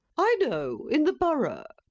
i know in the borough.